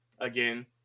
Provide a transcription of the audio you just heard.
again